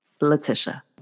Letitia